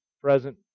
present